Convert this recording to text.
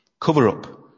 cover-up